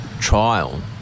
trial